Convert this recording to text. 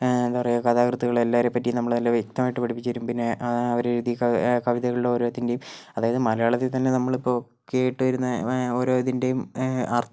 എന്താ പറയുക കഥാകൃത്തുകള് എല്ലാവരേയും പറ്റി വ്യക്തമായിട്ട് പഠിപ്പിച്ച് തരും പിന്നെ അവര് എഴുതിയ കവിതകൾ ഓരോത്തിൻ്റെയും അതായത് മലയാളത്തിൽ തന്നെ നമ്മൾ ഇപ്പോൾ കേട്ടുവരുന്ന ഓരോ ഇതിൻ്റെയും അർത്ഥം